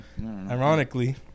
Ironically